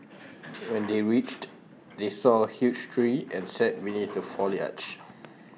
when they reached they saw A huge tree and sat beneath the foliage